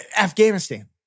Afghanistan